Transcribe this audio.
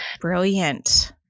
Brilliant